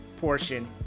portion